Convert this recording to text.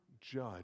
judge